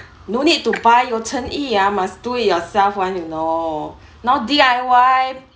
no need to buy 有诚意 must do it yourself one you know now D_I_Y